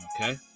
Okay